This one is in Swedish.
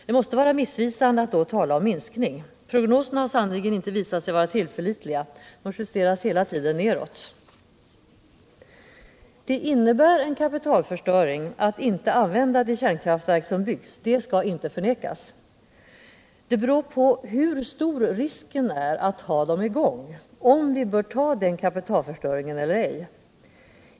Det måste vara missvisande att då tala om minskning. Prognoserna har sannerligen inte visat sig vara tillförlitliga. De justeras hela tiden nedåt. Att det innebär en kapitalförstöring att inte använda de kärnkraftverk som byggts skall inte förnekas. Det beror på hur stor risken är att ha dem i gång om vi bör ta den kapitalförstöringen eller ej.